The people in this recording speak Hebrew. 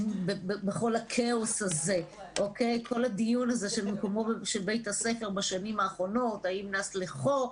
הוא שרואים שלא נס לחו של בית הספר והצורך בו.